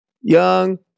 young